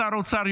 שר האוצר,